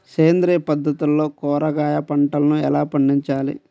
సేంద్రియ పద్ధతుల్లో కూరగాయ పంటలను ఎలా పండించాలి?